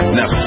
Now